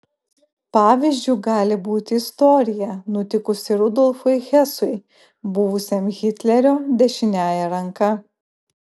pavyzdžiu gali būti istorija nutikusi rudolfui hesui buvusiam hitlerio dešiniąja ranka